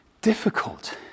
difficult